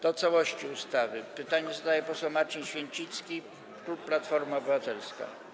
Do całości ustawy pytanie zadaje poseł Marcin Święcicki, klub Platforma Obywatelska.